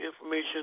information